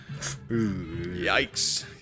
Yikes